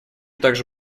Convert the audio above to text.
также